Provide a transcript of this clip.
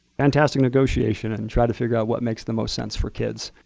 fantastic negotiation and try to figure out what makes the most sense for kids.